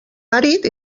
marit